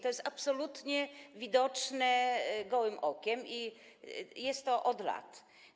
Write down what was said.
To jest absolutnie widoczne gołym okiem i jest tak od lat.